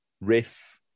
Riff